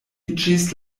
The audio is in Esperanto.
iĝis